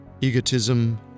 egotism